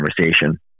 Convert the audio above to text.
conversation